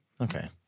okay